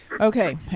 Okay